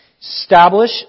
Establish